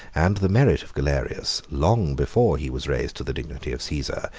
and the merit of galerius, long before he was raised to the dignity of caesar,